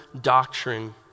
doctrine